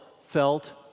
felt